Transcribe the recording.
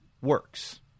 works